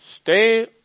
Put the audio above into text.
stay